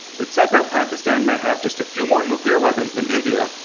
it's said that pakistan may have just a few more nuclear weapons than india,